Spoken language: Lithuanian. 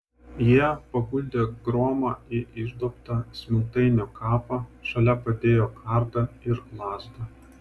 jie paguldė bromą į išduobtą smiltainio kapą šalia padėjo kardą ir lazdą